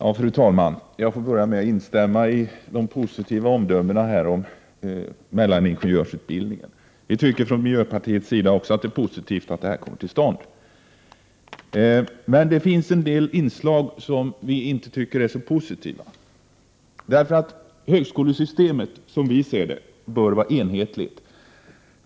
ER Fru talman! Jag skall börja med att instämma i de positiva omdömena om Jr ERE yrken m.m. mellaningenjörsutbildningen. Även vi från miljöpartiet tycker att det är positivt att det här kommer till stånd. Det finns emellertid vissa inslag som vi inte tycker är så positiva. Högskolesystemet bör enligt vår mening vara enhetligt.